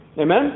Amen